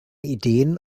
ideen